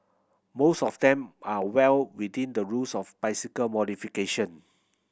most of them are well within the rules of bicycle modification